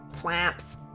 Swamps